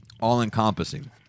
all-encompassing